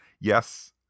yes